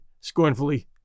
scornfully